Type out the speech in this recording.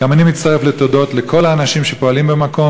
גם אני מצטרף לתודות לכל האנשים שפועלים במקום